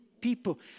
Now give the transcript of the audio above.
people